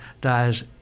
dies